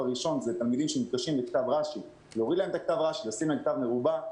את כתב הרש"י לתלמידים שמתקשים בכתב רש"י ולהחליף אותו לכתב מרובע.